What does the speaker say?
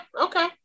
okay